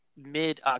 Mid